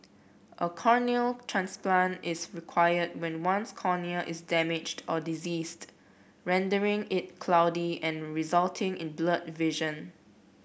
a corneal transplant is required when one's cornea is damaged or diseased rendering it cloudy and resulting in blurred vision